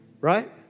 right